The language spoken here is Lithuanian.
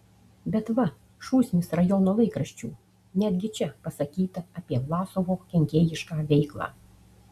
bet va šūsnis rajono laikraščių netgi čia pasakyta apie vlasovo kenkėjišką veiklą